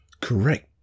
Correct